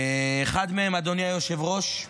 אחד מהם, אדוני היושב-ראש,